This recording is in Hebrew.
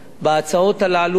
בהצעות הללו.